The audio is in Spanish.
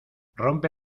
rompe